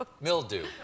mildew